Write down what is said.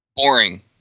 Boring